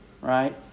Right